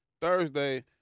Thursday